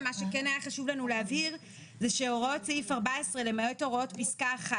לא תהיה פה הארכה נוספת.